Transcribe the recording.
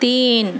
تین